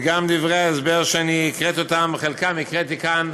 וגם דברי ההסבר שאת חלקם הקראתי כאן,